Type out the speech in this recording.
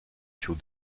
till